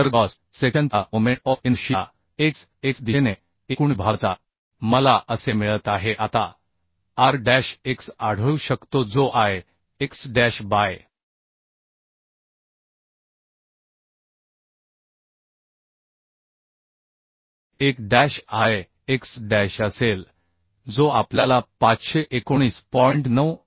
तर ग्रॉस सेक्शनचा moment of inertia x x दिशेने एकूण विभागाचा मला असे मिळत आहे आता r डॅश x आढळू शकतो जो I x dash by I dash I x dash असेल जो आपल्याला 519